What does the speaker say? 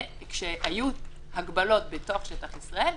וכשהיו הגבלות בשטח ישראל,